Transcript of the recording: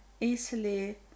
easily